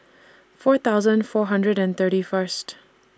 four thousand four hundred and thirty First